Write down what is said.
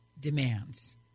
demands